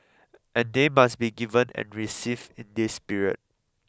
and they must be given and received in this spirit